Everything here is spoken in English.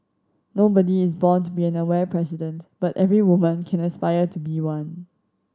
nobody is born to be an aware president but every woman can aspire to be one